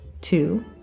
two